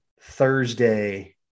Thursday